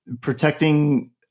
protecting